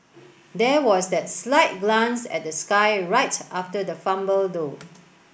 there was that slight glance at the sky right after the fumble though